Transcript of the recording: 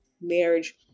marriage